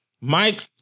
Mike